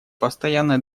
постоянной